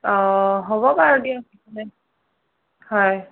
অঁ হ'ব বাৰু দিয়ক একো নাই হয়